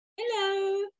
Hello